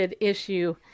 issue